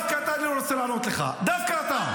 אני דווקא רוצה לענות לך, דווקא אתה.